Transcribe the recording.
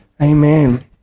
Amen